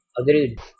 Agreed